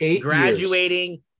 graduating